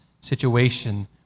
situation